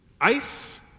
ice